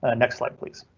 ah next slide, please.